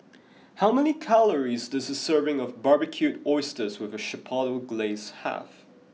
how many calories does a serving of Barbecued Oysters with Chipotle Glaze have